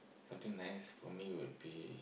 something nice for me would be